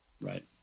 Right